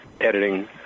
editing